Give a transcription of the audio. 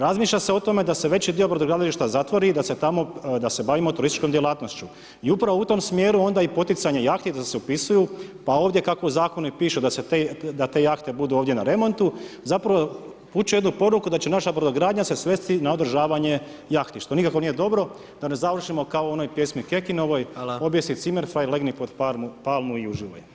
Razmišlja se o tome da se veći dio brodogradilišta zatvori i da se bavimo turističkom djelatnošću i upravo u tom smjeru onda i poticanje jahti da se upisuju, pa ovdje kako u Zakonu i piše da te jahte budu ovdje na remontu, zapravo upućuje jednu poruku da će naša brodogradnja se svesti na održavanje jahti, što nikako nije dobro da ne završimo kao u onoj pjesmi Kekinovoj, objesi zimmer frei, legni pod palmu i uživaj.